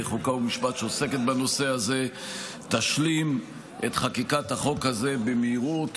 חוק ומשפט תשלים את חקיקת החוק הזה במהירות